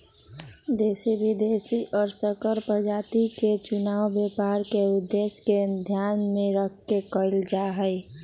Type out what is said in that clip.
देशी, विदेशी और संकर प्रजाति के चुनाव व्यापार के उद्देश्य के ध्यान में रखकर कइल जाहई